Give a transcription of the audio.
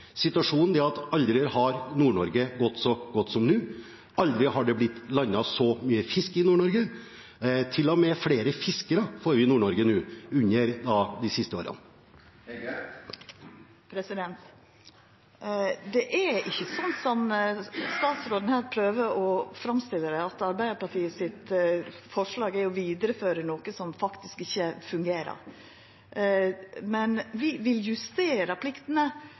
Situasjonen er den at aldri har Nord-Norge gått så godt som nå, aldri har det blitt landet så mye fisk i Nord-Norge. Til og med flere fiskere har vi fått i Nord-Norge nå i løpet av de siste årene. Det er ikkje slik som statsråden her prøver å framstilla det, at Arbeidarpartiet sitt forslag er å vidareføra noko som faktisk ikkje fungerer. Men vi justerer pliktene